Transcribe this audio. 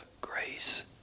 grace